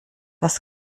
was